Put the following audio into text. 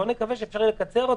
בואו נקווה שאפשר יהיה לקצר.